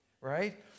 right